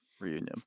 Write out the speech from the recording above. reunion